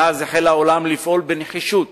מאז החל העולם לפעול בנחישות